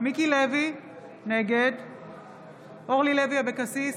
מיקי לוי, נגד אורלי לוי אבקסיס,